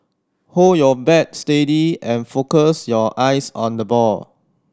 hold your bat steady and focus your eyes on the ball